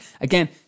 Again